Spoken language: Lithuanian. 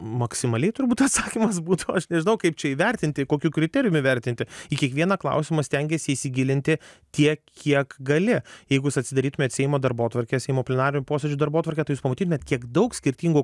maksimaliai turbūt atsakymas būtų aš nežinau kaip čia įvertinti kokiu kriterijum įvertinti į kiekvieną klausimą stengiesi įsigilinti tiek kiek gali jeigu jūs atsidarytumėt seimo darbotvarkę seimo plenarinių posėdžių darbotvarkę tai jūs pamatytumėt kiek daug skirtingų